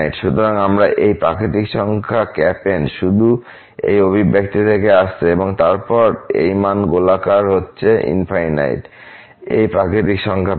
সুতরাং আমরা এই প্রাকৃতিক সংখ্যা N শুধু এই অভিব্যক্তি থেকে আসছে এবং তারপর এই মান গোলাকার হচ্ছে এই প্রাকৃতিক সংখ্যা পেতে